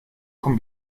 con